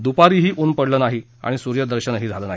दुपारीही ऊन पडलं नाही आणि सूर्यदर्शन झालं नाही